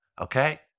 okay